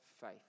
faith